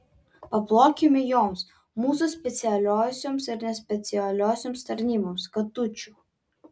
paplokime joms mūsų specialiosioms ir nespecialiosioms tarnyboms katučių